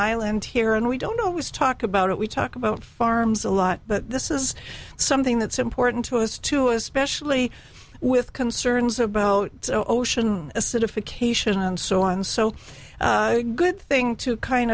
island here and we don't always talk about it we talk about farms a lot but this is something that's important to us too especially with concerns about ocean acidification and so on so good thing to kind